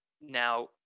now